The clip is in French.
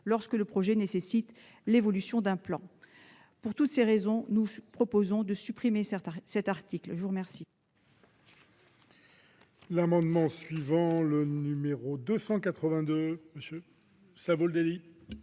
lorsque le projet nécessite l'évolution d'un plan. Pour toutes ces raisons, nous proposons de supprimer cet article. La parole